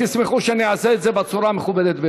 תסמכו שאעשה את זה בצורה המכובדת ביותר.